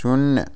शून्य